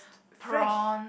prawn